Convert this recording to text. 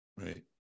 right